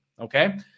okay